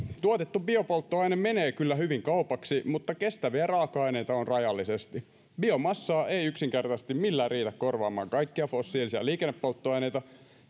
tuotettu biopolttoaine menee kyllä hyvin kaupaksi mutta kestäviä raaka aineita on rajallisesti biomassaa ei yksinkertaisesti millään riitä korvaamaan kaikkea fossiilisia liikennepolttoaineita